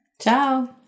Ciao